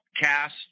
cast